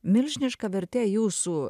milžiniška vertė jūsų